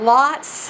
lots